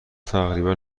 تقریبا